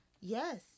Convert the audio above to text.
Yes